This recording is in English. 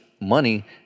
money